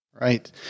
Right